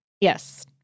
Yes